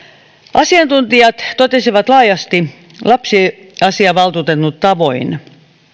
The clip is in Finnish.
asiantuntijat totesivat laajasti lapsiasiavaltuutetun tavoin